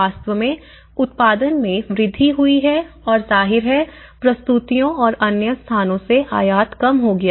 वास्तव में उत्पादन में वृद्धि हुई है और जाहिर है प्रस्तुतियों और अन्य स्थानों से आयात कम हो गया है